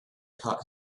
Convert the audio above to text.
taught